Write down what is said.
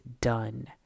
done